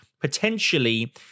potentially